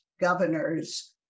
governors